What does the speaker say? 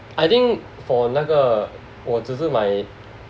I think for 那个我只是买